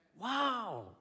Wow